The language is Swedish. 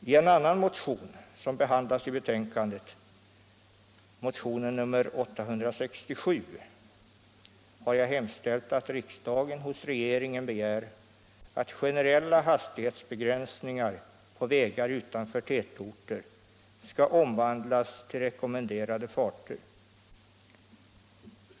I en annan motion som behandlas i betänkandet, motion nr 867, har jag hemställt att riksdagen hos regeringen begär att generella hastighetsbegränsningar på vägar utanför tätorter skall omvandlas till rekommenderade farter.